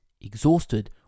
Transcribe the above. exhausted